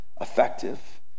effective